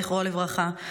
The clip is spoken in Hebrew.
זיכרונו לברכה,